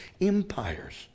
empires